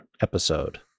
episode